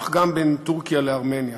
כך גם בין טורקיה לארמניה: